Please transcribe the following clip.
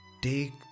take